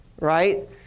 Right